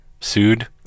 sued